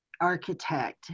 architect